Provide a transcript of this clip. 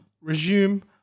Resume